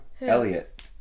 Elliot